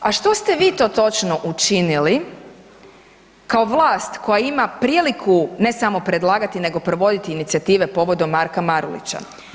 A što ste vi to točno učinili kao vlast koja ima priliku ne samo predlagati, nego provoditi inicijative povodom Marka Marulića?